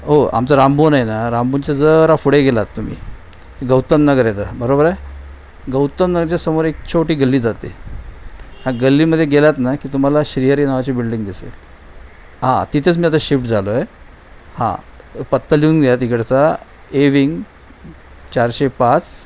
हो आमचं रामभुवन आहे ना रामभुवनच्या जरा पुढे गेलात तुम्ही गौतम नगर येतं बरोबर आहे गौतम नगरच्या समोर एक छोटी गल्ली जाते ह्या गल्लीमध्ये गेलात ना की तुम्हाला श्रीहरी नावाची बिल्डिंग दिसेल हां तिथेच मी आता शिफ्ट झालो आहे हां पत्ता लिहून घ्या तिकडचा ए व्हिंग चारशे पाच